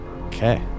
Okay